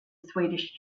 swedish